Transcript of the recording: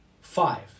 Five